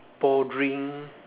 bothering